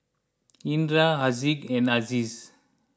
Indra Haziq and Aziz